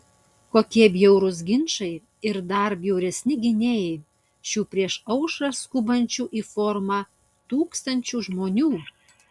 kokie bjaurūs ginčai ir dar bjauresni gynėjai šių prieš aušrą skubančių į forumą tūkstančių žmonių